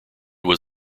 was